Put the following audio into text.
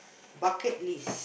bucket list